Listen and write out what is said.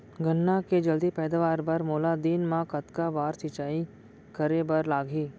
गन्ना के जलदी पैदावार बर, मोला दिन मा कतका बार सिंचाई करे बर लागही?